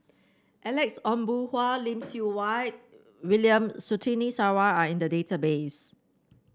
Alex Ong Boon Hau Lim Siew Wai William Surtini Sarwan are in the database